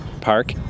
park